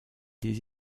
des